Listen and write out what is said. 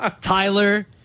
Tyler